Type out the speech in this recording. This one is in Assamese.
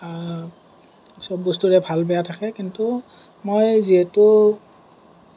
চব বস্তুৰে ভাল বেয়া থাকে কিন্তু মই যিহেতু